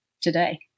today